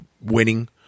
winning